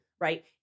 Right